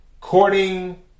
courting